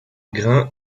grain